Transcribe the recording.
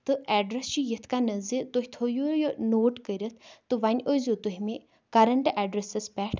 تہٕ اٮ۪ڈرٮ۪س چھُ یِتھ کَنٮ۪تھ زِ تُہۍ تھٔیِو یہِ نوٹ کٔرِتھ تہٕ وۄنۍ ٲسۍزیو تُہۍ مےٚ کَرنٛٹ اٮ۪ڈرٮ۪سَس پٮ۪ٹھ